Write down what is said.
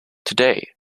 today